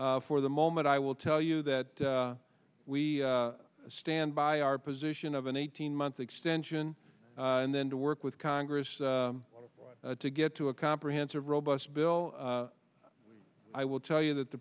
for the moment i will tell you that we stand by our position of an eighteen month extension and then to work with congress to get to a comprehensive robust bill i will tell you that the